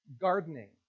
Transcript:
gardening